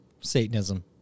Satanism